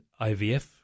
IVF